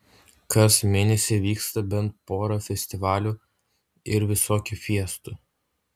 kas mėnesį vyksta bent pora festivalių ir visokių fiestų